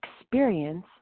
experience